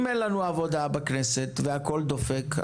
אם אין לנו עבודה לעשות בכנסת והכל דופק,